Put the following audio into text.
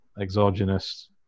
exogenous